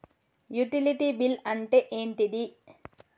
Utility bill అంటే ఏంటిది?